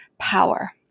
power